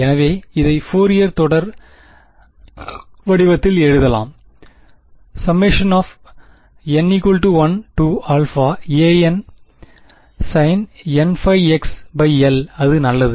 எனவே இதை ஃபோரியர் தொடர் வடிவத்தில் எழுதலாம் n1ansinnxl அது நல்லது